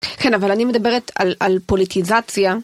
כן, אבל אני מדברת על פוליטיזציה.